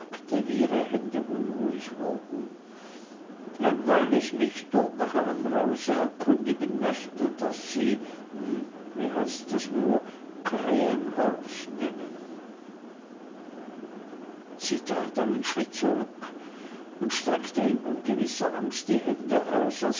hände unruhig wurden weil ich mich dort nach einem hause erkundigen möchte das sie hm wie heißt es nur krähenhorst nennen sie trat einen schritt zurück und streckte in ungewisser angst die hände aus